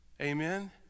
Amen